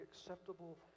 acceptable